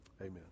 Amen